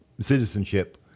Citizenship